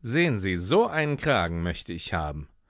sehen sie so einen kragen möchte ich haben